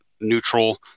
neutral